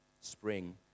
spring